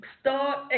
start